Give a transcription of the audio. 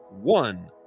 one